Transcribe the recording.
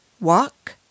walk